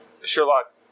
Sherlock